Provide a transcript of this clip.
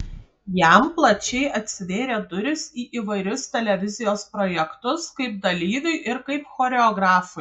jam plačiai atsivėrė durys į įvairius televizijos projektus kaip dalyviui ir kaip choreografui